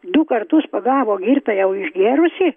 du kartus pagavo girtą jau išgėrusį